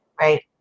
Right